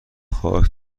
خاک